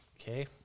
Okay